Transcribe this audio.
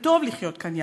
וטוב לחיות כאן יחד.